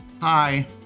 Hi